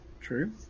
True